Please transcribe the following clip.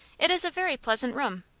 it is a very pleasant room.